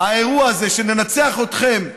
האירוע הזה שננצח אתכם בהצבעה,